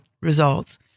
results